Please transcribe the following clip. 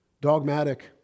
dogmatic